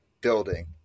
building